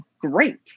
great